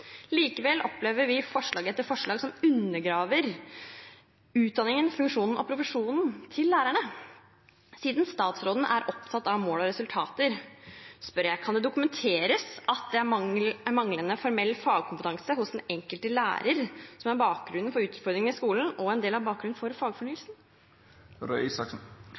Likevel opplever vi forslag etter forslag som undergraver utdanningen, funksjonen og profesjonen til lærerne. Siden statsråden er opptatt av mål og resultater, spør jeg: Kan det dokumenteres at det er manglende formell fagkompetanse hos den enkelte lærer som er bakgrunnen for utfordringene i skolen og en del av bakgrunnen for fagfornyelsen?